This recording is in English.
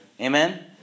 Amen